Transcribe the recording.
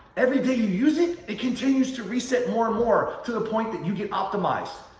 every day you use it, it continues to reset more and more to the point that you get optimized.